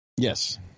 Yes